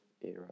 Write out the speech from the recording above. era